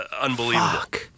Unbelievable